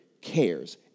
cares